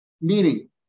meaning